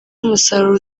umusaruro